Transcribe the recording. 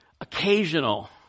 occasional